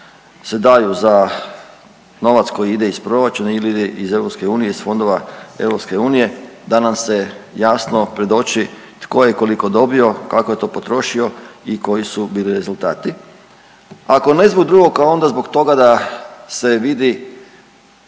se daju za novac koji ide iz proračuna ili ide iz EU, iz fondova EU da nam se jasno predoči tko je koliko dobio, kako je to potrošio i koji su bili rezultati. Ako ne zbog drugog onda zbog toga da se vidi